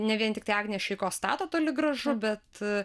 ne vien tiktai agnė šeiko stato toli gražu bet